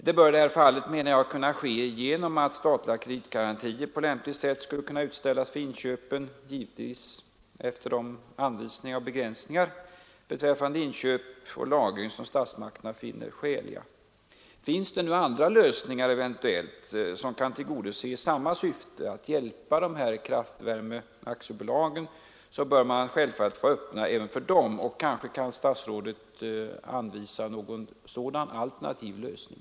Det bör i detta fall, anser jag, kunna ske genom att statliga kreditgarantier på lämpligt sätt utställs för inköpen, givetvis efter de anvisningar och begränsningar beträffande inköp och lagring som statsmakterna finner skäliga. Finns det eventuellt andra lösningar som kan tillgodose samma syfte — att hjälpa de här kraftvärmeaktiebolagen — bör man självfallet vara öppen även för dem, och kanske kan statsrådet anvisa någon sådan alternativ lösning.